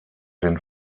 den